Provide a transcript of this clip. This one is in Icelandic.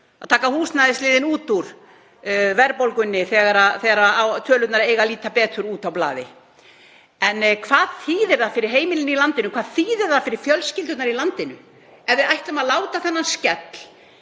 að taka húsnæðisliðinn út úr verðbólgunni þegar tölurnar eiga að líta betur út á blaði. En hvað þýðir það fyrir heimilin í landinu? Hvað þýðir það fyrir fjölskyldurnar í landinu ef við ætlum að láta þennan skell